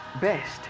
Best